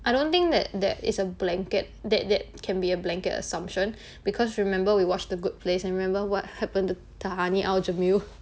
I don't think that there is a blanket that that can be a blanket assumption because remember we watched the good place and remember what happened to tahani al-jamil